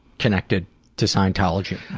connected to scientology?